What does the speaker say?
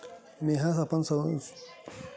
मेंहा अपन सोनहा के गहना के बदला मा कर्जा कहाँ ले सकथव?